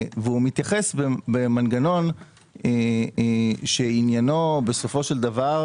הוא מתייחס למנגנון שעניינו בסופו של דבר,